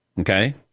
Okay